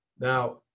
Now